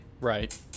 Right